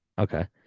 Okay